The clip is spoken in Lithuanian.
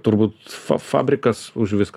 turbūt fa fabrikas už viską